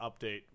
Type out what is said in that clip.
update